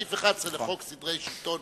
סעיף 11 לחוק סדרי השלטון